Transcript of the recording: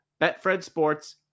betfredsports